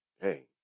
hey